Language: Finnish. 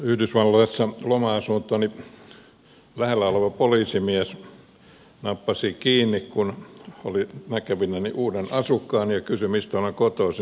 yhdysvalloissa loma asuntoni lähellä oleva poliisimies nappasi kiinni kun oli näkevinään uuden asukkaan ja kysyi mistä olen kotoisin